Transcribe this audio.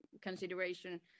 consideration